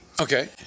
Okay